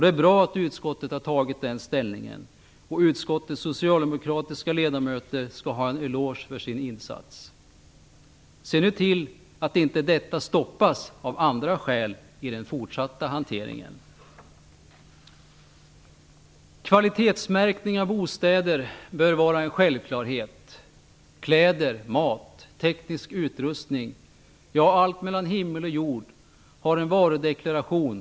Det är bra att utskottet har tagit den ställningen, och utskottets socialdemokratiska ledamöter skall ha en eloge för sin insats. Se nu till att detta inte stoppas av andra skäl i den fortsatta hanteringen. Kvalitetsmärkning av bostäder bör vara en självklarhet. Kläder, mat och teknisk utrustning, ja, allt mellan himmel och jord har en varudeklaration.